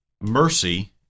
mercy